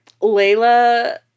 Layla